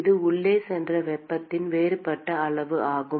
இது உள்ளே சென்ற வெப்பத்தின் வேறுபட்ட அளவு ஆகும்